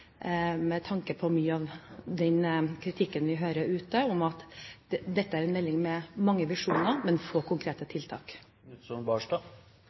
med tanke på mye av den kritikken vi hører ute om at dette er en melding med mange visjoner, men få konkrete